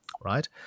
right